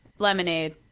lemonade